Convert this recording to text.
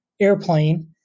airplane